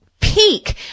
peak